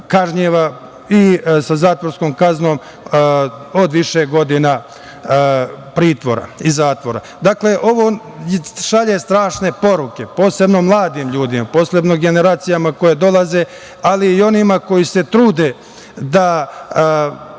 i sa zatvorskom kaznom od više godina pritvora i zatvora. Dakle, ovo šalje strašne poruke posebno mladim ljudima, posebno generacijama koje dolaze, ali i onima koji se trude da